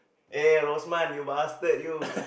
eh Rosman you bastard you